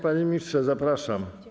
Panie ministrze, zapraszam.